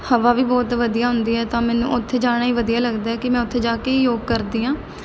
ਹਵਾ ਵੀ ਬਹੁਤ ਵਧੀਆ ਹੁੰਦੀ ਆ ਤਾਂ ਮੈਨੂੰ ਉੱਥੇ ਜਾਣਾ ਹੀ ਵਧੀਆ ਲੱਗਦਾ ਕਿ ਮੈਂ ਉੱਥੇ ਜਾ ਕੇ ਹੀ ਯੋਗ ਕਰਦੀ ਹਾਂ